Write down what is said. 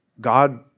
God